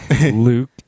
Luke